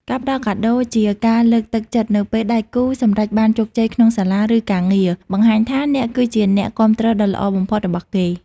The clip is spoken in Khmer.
ការផ្ដល់កាដូជាការលើកទឹកចិត្តនៅពេលដៃគូសម្រេចបានជោគជ័យក្នុងសាលា ឬការងារ បង្ហាញថាអ្នកគឺជាអ្នកគាំទ្រដ៏ល្អបំផុតរបស់គេ។